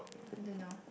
I don't know